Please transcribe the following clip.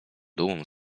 dumą